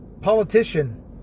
politician